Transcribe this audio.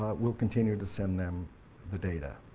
will continue to send them the data.